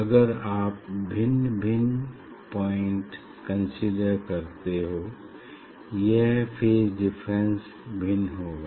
अगर आप भिन्न भिन्न पॉइंट कंसीडर करते हो यह फेज डीफ्रेरेन्स भिन्न होगा